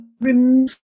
remove